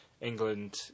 England